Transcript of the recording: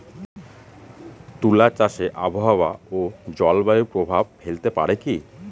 তুলা চাষে আবহাওয়া ও জলবায়ু প্রভাব ফেলতে পারে কি?